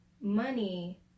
money